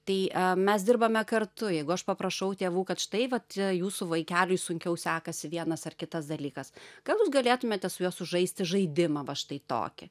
tai mes dirbame kartu jeigu aš paprašau tėvų kad štai vat jūsų vaikeliui sunkiau sekasi vienas ar kitas dalykas gal jūs galėtumėte su juo sužaisti žaidimą va štai tokį